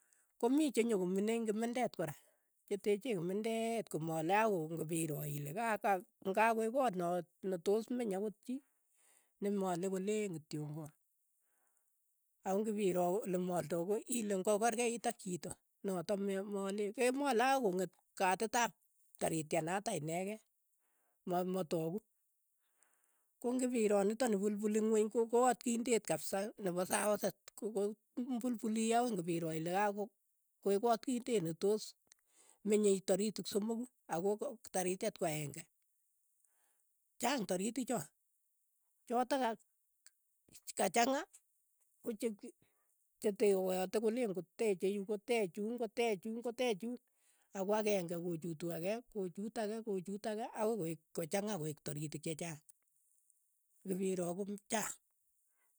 Komii chenyokominei eng' kimindet kora, chetechei kimindeeet, komale akoi kong'opiro ile ka- ka ng'akoek koot na ne tos meny akot chii, ne male koleen kityongan, ako ng'ipiroo olemaldai koi ile ng'okerkeit ak chito notok malee, ke male ako kong'et katit ap taritya natak inekei, ma- mataku, ko ng'ipiroo nitok ne pulpuli ingweny ko koot kindet kapsa nepa saoset ko- ko pulpuli akoi ngipiroo ile kako koek koot kindet netoos menyei taritik somoku, ako- ko tarityet ko aeng'e, chaang taritik choo, chotok ka kachanga kochek cheteoyate koleen koteche yu koteech yuun koteech yuun koteech yuun koteech yuun ako akenge kochutu ake kochuut ake kochuut ake akoi koeek kochanga koeek taritik che chaang, ngipiroo kochang.